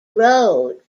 road